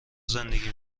زندگی